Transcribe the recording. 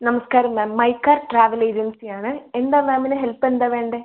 നമസ്കാരം മാം മൈക്ക travel agency ആണ് എന്താണ് മാമിന് ഹെൽപ്പ് എന്താണ് വേണ്ടത്